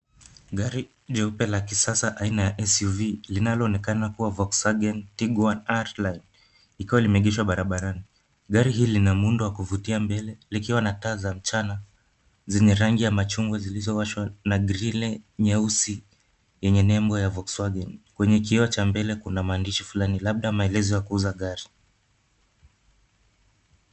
Gari jeupe la kisasa aina ya SUV linaloonekana kuwa Volkwsagen Tiguan R-Line likiwa limeegeshwa barabarani. Garii hii lina muundo wa kuvutia mbele, likiwa na taa za mchana zenye rangi ya machungwa zilizowashwa na grill nyeusi yenye nembo ya Volkswagen . Kwenye kioo cha mbele kuna maandishi fulani, labda maelezo ya kuuza gari.